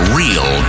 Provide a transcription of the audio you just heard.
real